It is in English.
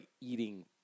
eating